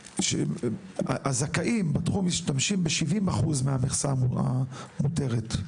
הזכאים בתחום משתמשים ב-70% מהמכסה המותרת.